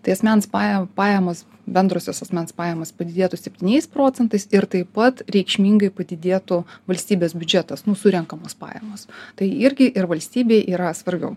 tai asmens paja pajamos bendrosios asmens pajamos padidėtų septyniais procentais ir taip pat reikšmingai padidėtų valstybės biudžetas surenkamos pajamos tai irgi ir valstybei yra svarbiau